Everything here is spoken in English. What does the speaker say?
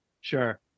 Sure